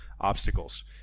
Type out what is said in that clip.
obstacles